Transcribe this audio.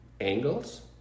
angles